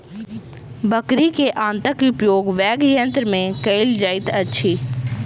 बकरी के आंतक उपयोग वाद्ययंत्र मे कयल जाइत अछि